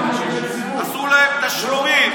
עשו להם תשלומים.